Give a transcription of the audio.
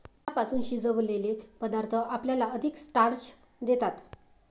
पिठापासून शिजवलेले पदार्थ आपल्याला अधिक स्टार्च देतात